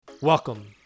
Welcome